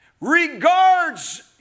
regards